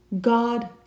God